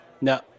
No